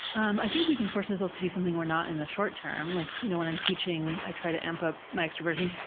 i think we can force ourselves to be something we're not in the short-term, like you know when i'm teaching i try to amp up my extroversion.